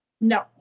No